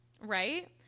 Right